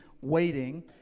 waiting